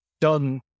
done